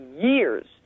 years